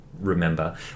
remember